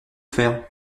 faire